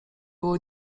było